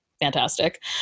fantastic